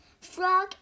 Frog